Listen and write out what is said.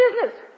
business